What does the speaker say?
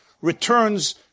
returns